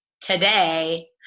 today